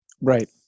right